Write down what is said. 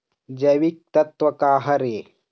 जैविकतत्व का हर ए?